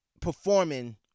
performing